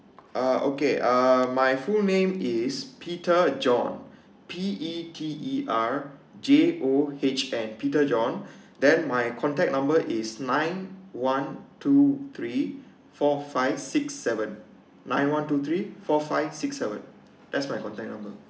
uh okay uh my full name is peter john P_E_T_E_R_J_O_H_N peter john then my contact number is nine one two three four five six seven nine one two three four five six seven that's my contact um